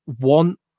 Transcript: want